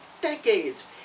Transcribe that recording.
decades